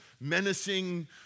menacing